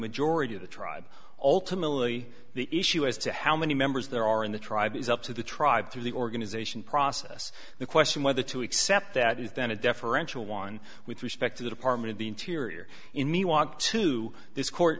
majority of the tribe ultimately the issue as to how many members there are in the tribe is up to the tribe through the organization process the question whether to accept that is then a deferential one with respect to the department of the interior in me want to this court